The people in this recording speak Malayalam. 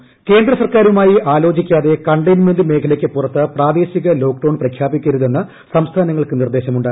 ഈ കേന്ദ്രസർക്കാരുമായി ആലോചിക്കാതെ കണ്ടെയിൻമെന്റ് മേഖലയ്ക്ക് പുറത്ത് പ്രാദേശിക ലോക്ഡൌൺ പ്രഖ്യാപിക്കരുതെന്ന് സംസ്ഥാനങ്ങൾക്ക് നിർദ്ദേശമുണ്ട്